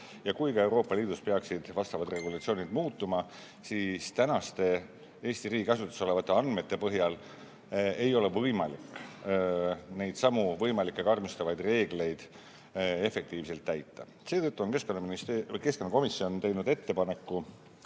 ja kui ka Euroopa Liidus peaksid vastavad regulatsioonid muutuma, siis praegu Eesti riigi käsutuses olevate andmete põhjal ei ole võimalik neidsamu võimalikke karmistavaid reegleid efektiivselt täita. Seetõttu on keskkonnakomisjon teinud ettepaneku